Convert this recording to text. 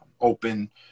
open